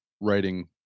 writing